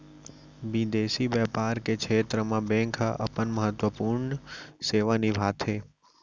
बिंदेसी बैपार के छेत्र म बेंक ह अपन महत्वपूर्न सेवा निभाथे